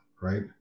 right